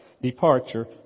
departure